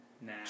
Nah